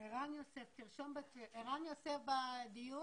יש פתרונות